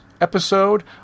episode